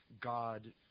God